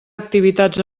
activitats